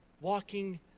walking